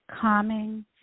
calming